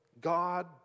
God